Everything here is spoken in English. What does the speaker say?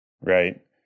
right